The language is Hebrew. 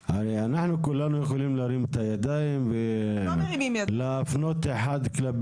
משם ושהחומר שלא ניתן למיין הולך להטמנה,